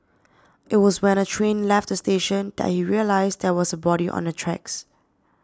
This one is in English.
it was when the train left the station that he realised there was a body on the tracks